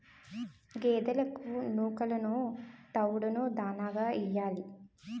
గేదెలకు నూకలును తవుడును దాణాగా యియ్యాలి